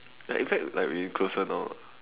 like in fact like we closer now ah